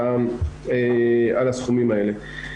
על הסכומים האלה.